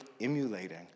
emulating